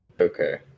Okay